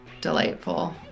delightful